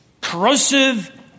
Corrosive